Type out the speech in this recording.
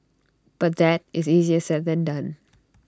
but that is easier said than done